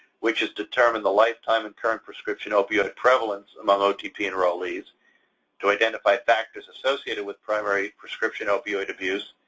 which is determine the lifetime and current prescription opioid prevalence among otp enrollees to identify factors associated with primary prescription opioid abuse,